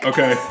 Okay